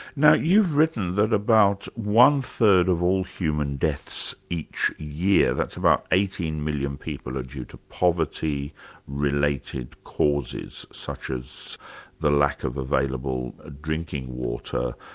now you've written that about one-third of all human deaths each year, that's about eighteen million people, are due to poverty-related causes, such as the lack of available drinking water,